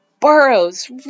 burrows